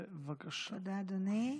אדוני.